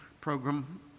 program